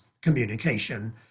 communication